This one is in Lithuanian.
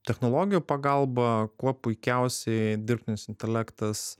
technologijų pagalba kuo puikiausiai dirbtinis intelektas